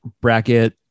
bracket